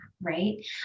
right